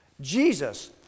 Jesus